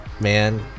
Man